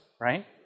right